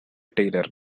taylor